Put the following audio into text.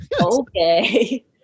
okay